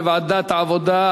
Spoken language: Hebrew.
לדיון מוקדם בוועדת העבודה,